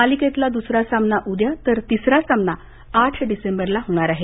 मालिकेतला द्सरा सामना उद्या तर तिसरा सामना आठ डिसेंबरला होणार आहे